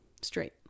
straight